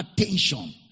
attention